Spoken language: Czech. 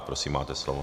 Prosím, máte slovo.